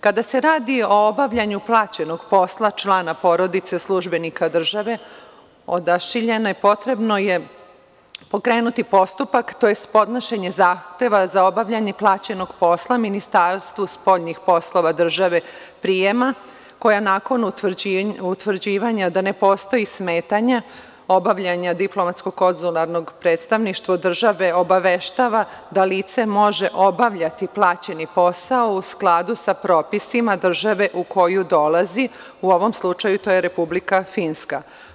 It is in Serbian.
Kada se radi o obavljanju plaćenog posla člana porodice službenika države odašiljane, potrebno je pokrenuti postupak, tj. podnošenje zahteva za obavljanje plaćenog posla Ministarstvu spoljnih poslova države prijema koja nakon utvrđivanja da ne postoji smetanje obavljanje diplomatskog konzularnog predstavništva države obaveštava da lice može obavljati plaćeni posao u skladu sa propisima države u koju dolazi, u ovom slučaju to je Republika Finska.